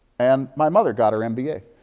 and my mother got her mba.